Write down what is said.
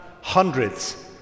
hundreds